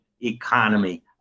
economy